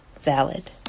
valid